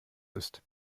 ist